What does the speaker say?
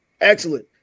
excellent